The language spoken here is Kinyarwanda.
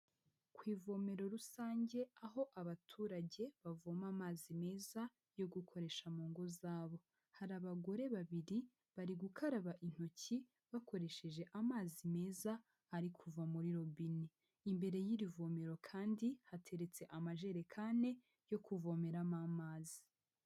Ku ivomero rusange aho abaturage bavoma amazi meza yo gukoresha mu ngo zabo. Hari abagore babiri bari gukaraba intoki bakoresheje amazi meza ari kuva muri robine. Imbere y'irivomero kandi hateretse amajerekane yo kuvomeramo amazi.